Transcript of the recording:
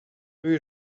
rue